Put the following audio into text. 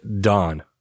Dawn